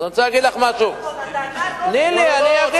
הדאגה לא גדולה, לא, לא.